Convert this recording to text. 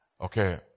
Okay